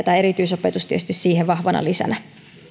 tämä erityisopetus tietysti siihen vahvana lisänä